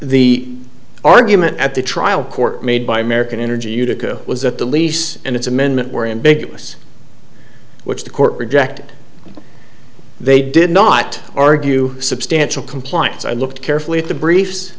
the argument at the trial court made by american energy utica was that the lease and its amendment were in big us which the court rejected they did not argue substantial compliance i looked carefully at the briefs